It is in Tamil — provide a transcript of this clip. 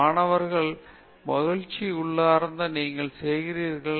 மாணவர் மகிழ்ச்சி உள்ளார்ந்த நீங்கள் செய்கிறீர்கள்